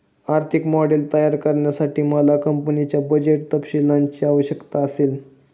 आर्थिक मॉडेल तयार करण्यासाठी मला कंपनीच्या बजेट तपशीलांची आवश्यकता असेल